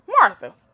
Martha